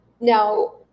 Now